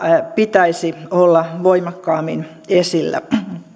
pitäisi olla voimakkaammin esillä